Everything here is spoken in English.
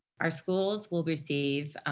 our schools will receive